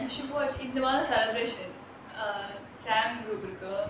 you should watch இந்த வாரம்:intha vaaram celebrations sam இருக்கு:iruku